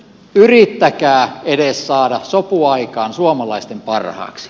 yrittäkää edes saada sopu aikaan suomalaisten parhaaksi